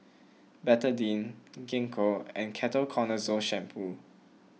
Betadine Gingko and Ketoconazole Shampoo